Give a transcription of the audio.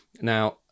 Now